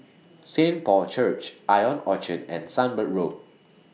Saint Paul's Church Ion Orchard and Sunbird Road